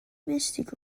mystic